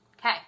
Okay